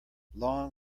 long